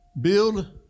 build